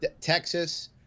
texas